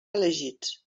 reelegits